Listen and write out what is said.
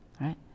right